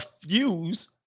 Fuse